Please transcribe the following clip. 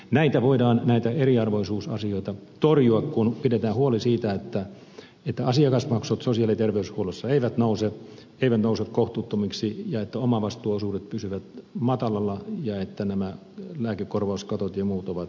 näitä eriarvoisuusasioita voidaan torjua kun pidetään huoli siitä että asiakasmaksut sosiaali ja terveydenhuollossa eivät nouse kohtuuttomiksi ja että omavastuuosuudet pysyvät matalalla ja että lääkekorvauskatot ja muut ovat riittävän alhaalla